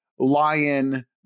lion